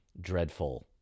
dreadful